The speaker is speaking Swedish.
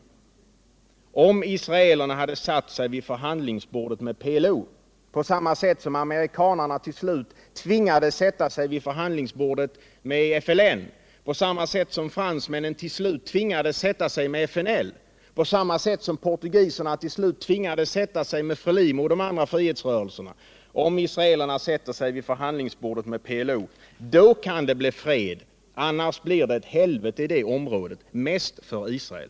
Om israelerna sätter sig vid förhandlingsbordet tillsammans med PLO — på samma sätt som amerikanerna till slut tvingades sätta sig vid förhandlingsbordet med FNL, som fransmännen till sist tvingades att sätta sig vid förhandlingsbordet med FLN och som portugiserna till slut tvingades att förhandla med Frelimo och de andra frihetsrörelserna — då kan det bli fred. Annars blir det ett helvete i det här området, och mest för Israel.